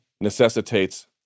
necessitates